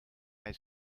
hij